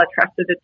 trusted